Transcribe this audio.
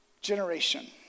generation